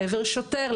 לעבר שוטר,